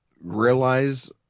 realize